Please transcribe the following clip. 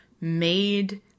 made